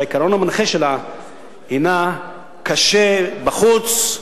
שהעיקרון המנחה שלה הינו "קשה בחוץ,